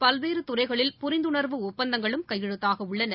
பல்வேறுதுறைகளில் புரிந்துணர்வு ஒப்பந்தங்களும் கையெழுத்தாகவுள்ளன